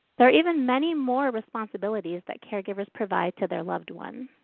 there are even many more responsibilities that caregivers provide to their loved one.